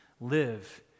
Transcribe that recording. live